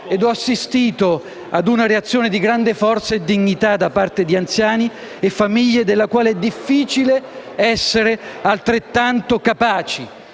Ho assistito a una reazione di grande forza e dignità da parte di anziani e famiglie della quale è difficile essere altrettanto capaci.